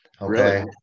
Okay